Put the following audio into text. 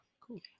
cool